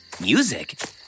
music